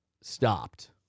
stopped